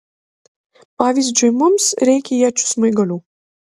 pavyzdžiui mums reikia iečių smaigalių